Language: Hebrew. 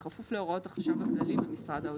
בכפוף להוראות החשב הכללי במשרד האוצר.